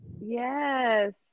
yes